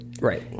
Right